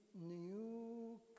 new